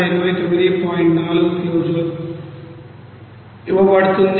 4 కిలోల జూల్ ఇవ్వబడుతుంది